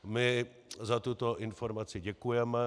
My za tuto informaci děkujeme.